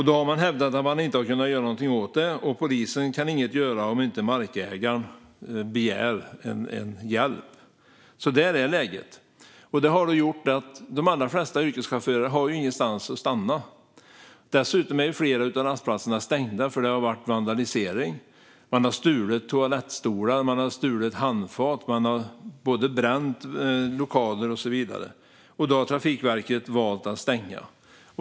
De har hävdat att de inte kan göra något åt detta, och polisen kan inget göra om inte markägaren begär hjälp. Så är alltså läget. Det här har gjort att de flesta yrkeschaufförer inte har någonstans att stanna. Dessutom är flera av rastplatserna stängda därför att det har varit vandalisering. Man har stulit toalettstolar och handfat, och man har bränt lokaler och så vidare. Då har Trafikverket valt att stänga.